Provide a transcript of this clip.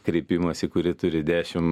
kreipimąsi kurį turi dešim